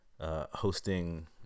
hosting